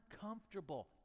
Uncomfortable